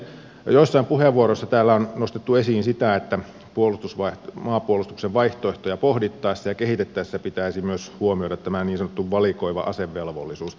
jo joissain puheenvuoroissa täällä on nostettu esiin sitä että maanpuolustuksen vaihtoehtoja pohdittaessa ja kehitettäessä pitäisi myös huomioida tämä niin sanottu valikoiva asevelvollisuus